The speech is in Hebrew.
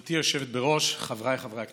גברתי היושבת-ראש, חבריי חברי הכנסת,